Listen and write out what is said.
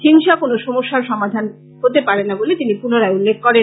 হিংসা কোনো সমস্যা সমাধানের পথ হতে পারেনা বলে তিনি পুনরায় উল্লেখ করেন